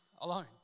alone